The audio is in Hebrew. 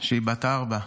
והיא בת ארבע,